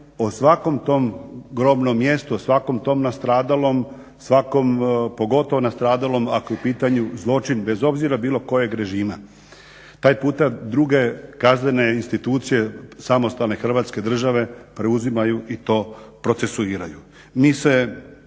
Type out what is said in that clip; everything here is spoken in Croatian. o svakom tom grobnom mjestu, o svakom tom nastradalom, svakom pogotovo nastradalom ako je u pitanju zločin bez obzira bilo kojeg režima. Taj puta druge kaznene institucije samostalne Hrvatske države preuzimaju i to procesuiraju.